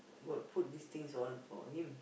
got put all these things all for him